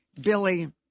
Billy